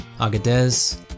Agadez